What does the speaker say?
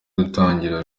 gutangira